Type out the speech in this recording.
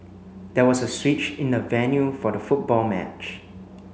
there was a switch in the venue for the football match